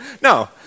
No